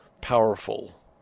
powerful